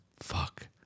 fuck